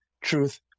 truth